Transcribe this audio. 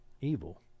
evil